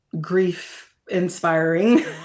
grief-inspiring